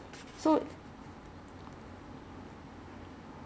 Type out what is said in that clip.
can you do it now then now is like you have to phone or you maybe